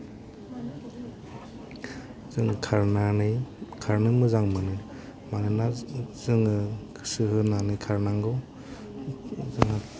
जों खारनानै खारनो मोजां मोनो मानोना जोङो गोसो होनानै खारनांगौ